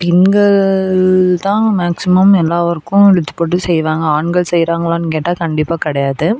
பெண்கள் தான் மேக்சிமம் எல்லா வொர்க்கும் இழுத்து போட்டு செய்வாங்க ஆண்கள் செய்கிறாங்களான்னு கேட்டால் கண்டிப்பாக கிடையாது